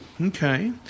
Okay